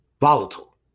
volatile